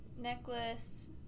necklace